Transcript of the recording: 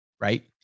right